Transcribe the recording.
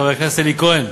חבר הכנסת אלי כהן,